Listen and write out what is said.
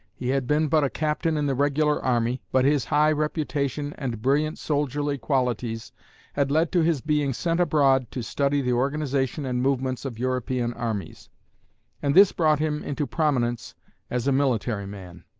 he had been but a captain in the regular army, but his high reputation and brilliant soldierly qualities had led to his being sent abroad to study the organization and movements of european armies and this brought him into prominence as a military man.